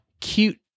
cute